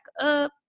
up